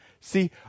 See